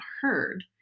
heard